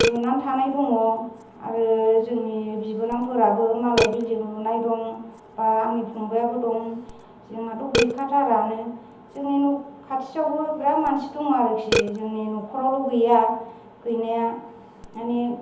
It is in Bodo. लुनानै थानाय दङ आरो जोंनि बिबोनांफोराबो मालाय बिल्डिं लुनाय दं बा आंनि फंबायाबो दं जोंहाथ' गैखाथारानो जोंनि न' खाथियावबो बिराद मानसि दङ आरोखि जोंनि न'खरावल गैया गैनाया मानि